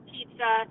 Pizza